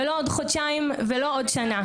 ולא עוד חודשיים, ולא עוד שנה.